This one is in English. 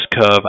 curve